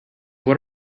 what